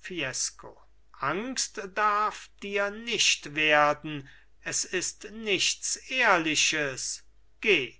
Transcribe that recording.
fiesco angst darf dir nicht werden es ist nichts ehrliches geh